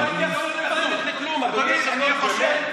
זו לא התייחסות לכלום, אדוני היושב-ראש, באמת.